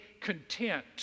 content